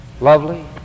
lovely